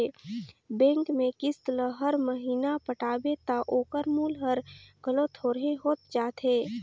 bank में किस्त ल हर महिना पटाबे ता ओकर मूल हर घलो थोरहें होत जाथे